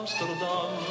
Amsterdam